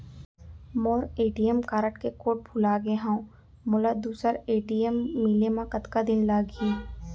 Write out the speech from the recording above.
मोर ATM card के code भुला गे हव, मोला दूसर ए.टी.एम मिले म कतका दिन लागही?